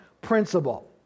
principle